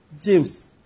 James